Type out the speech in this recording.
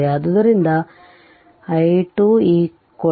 ಆದ್ದರಿಂದ i2 2 ampere